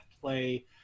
play